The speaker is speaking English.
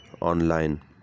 online